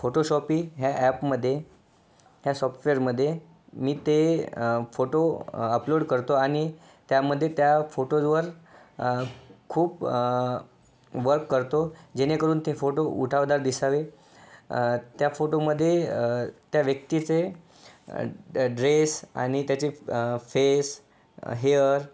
फोटोशॉपी ह्या ॲपमध्ये ह्या सॉफ्टवेअरमध्ये मी ते फोटो अपलोड करतो आणि त्यामध्ये त्या फोटोजवर खूप वर्क करतो जेणेकरून ते फोटो उठावदार दिसावे त्या फोटोमध्ये त्या व्यक्तीचे ड्रेस आणि त्याचे फेस हेअर